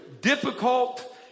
difficult